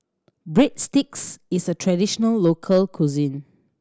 breadsticks is a traditional local cuisine